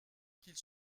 qu’ils